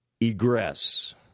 egress